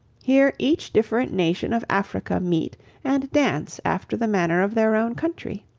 here each different nation of africa meet and dance after the manner of their own country.